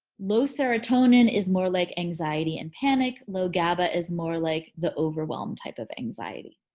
low serotonin is more like anxiety and panic. low gaba is more like the overwhelm type of anxiety.